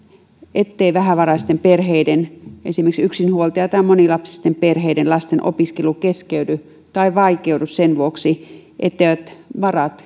ettei vähävaraisten perheiden esimerkiksi yksinhuoltajien tai monilapsisten perheiden lasten opiskelu keskeydy tai vaikeudu sen vuoksi etteivät varat